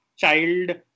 child